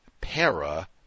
para